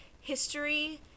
history